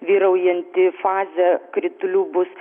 vyraujanti fazė kritulių bus